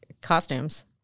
costumes